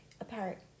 apart